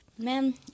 Man